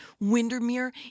Windermere